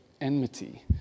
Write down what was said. enmity